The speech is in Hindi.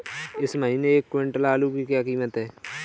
इस महीने एक क्विंटल आलू की क्या कीमत है?